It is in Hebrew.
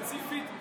ספציפית,